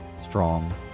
strong